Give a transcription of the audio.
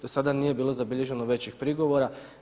Do sada nije bilo zabilježeno većih prigovora.